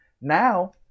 Now